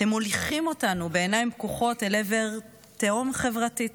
אתם מוליכים אותנו בעיניים פקוחות אל עבר תהום חברתית.